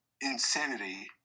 insanity